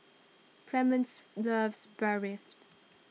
Clemence loves